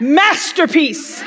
masterpiece